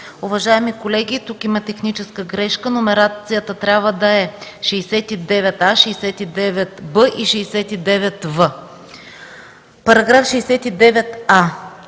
Уважаеми колеги, тук има техническа грешка. Номерацията трябва да е: 69а, 69б и 69в. „§ 69а.